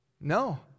No